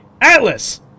Atlas